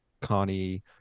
Connie